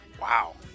Wow